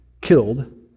killed